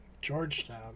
Georgetown